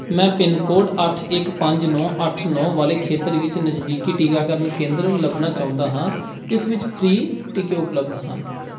ਮੈਂ ਪਿੰਨਕੋਡ ਅੱਠ ਇੱਕ ਪੰਜ ਨੌਂ ਅੱਠ ਨੌਂ ਵਾਲੇ ਖੇਤਰ ਵਿੱਚ ਨਜ਼ਦੀਕੀ ਟੀਕਾਕਰਨ ਕੇਂਦਰ ਲੱਭਣਾ ਚਾਹੁੰਦਾ ਹਾਂ ਜਿਸ ਵਿੱਚ ਫ੍ਰੀ ਟੀਕੇ ਉਪਲਬਧ ਹਨ